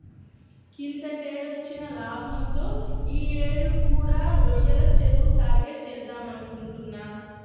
కిందటేడొచ్చిన లాభంతో యీ యేడు కూడా రొయ్యల చెరువు సాగే చేద్దామనుకుంటున్నా